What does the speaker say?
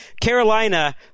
Carolina